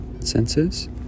senses